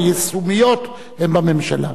היישומיות הן בממשלה.